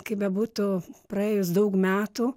kaip bebūtų praėjus daug metų